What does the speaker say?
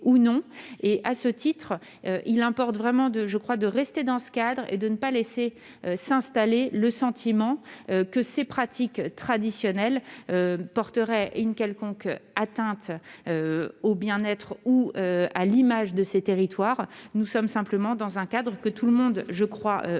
sélectivité. Il importe vraiment de rester dans ce cadre et de ne pas laisser s'installer le sentiment que ces pratiques traditionnelles porteraient une quelconque atteinte au bien-être ou à l'image de ces territoires. Nous nous inscrivons simplement dans un cadre que tout le monde conçoit et,